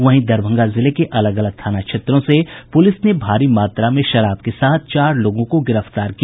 वहीं दरभंगा जिले के अलग अलग थाना क्षेत्रों से प्रलिस ने भारी मात्रा में विदेशी शराब के साथ चार लोगों को गिरफ्तार किया